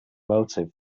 motive